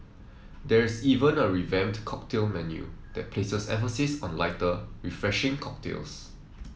there's even a revamped cocktail menu that places emphasis on lighter refreshing cocktails